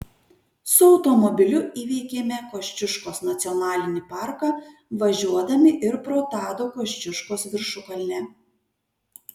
su automobiliu įveikėme kosciuškos nacionalinį parką važiuodami ir pro tado kosciuškos viršukalnę